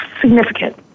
significant